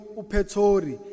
upetori